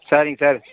சரிங் சார்